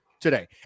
today